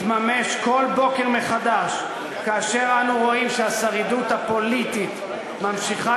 מתממש כל בוקר מחדש כאשר אנחנו רואים שהשרידות הפוליטית ממשיכה